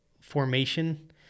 formation